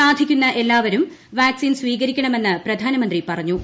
സാധിക്കുന്നു എല്ലാവരും വാക്സിൻ സ്വീകരിക്കണമെന്ന് പ്രധാനമന്ത്രി പുറിഞ്ഞു